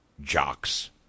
jocks